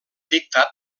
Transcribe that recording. dictat